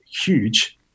huge